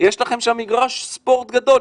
יש לכם מגרש ספורט גדול,